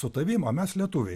su tavimi o mes lietuviai